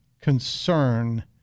concern